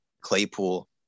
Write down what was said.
Claypool